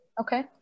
Okay